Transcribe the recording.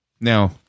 Now